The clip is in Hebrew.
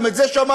גם את זה שמענו,